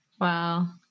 Wow